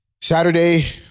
Saturday